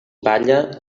palla